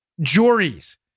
juries